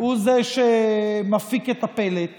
הוא שמפיק את הפלט